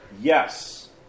Yes